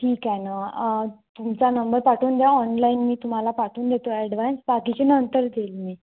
ठीक आहे न तुमचा नंब पाठवून द्या ऑनलाईन मी तुम्हाला पाठवून देतो ॲडवान्स बाकीचे नंतर देईल मी